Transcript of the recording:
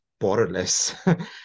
borderless